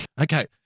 Okay